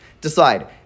decide